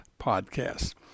podcasts